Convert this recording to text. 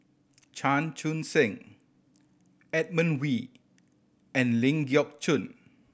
Chan Chun Sing Edmund Wee and Ling Geok Choon